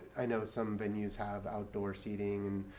i know some venues have outdoor seating.